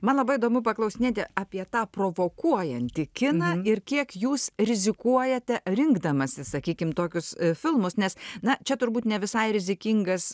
man labai įdomu paklausinėti apie tą provokuojantį kiną ir kiek jūs rizikuojate rinkdamasis sakykime tokius filmus nes na čia turbūt ne visai rizikingas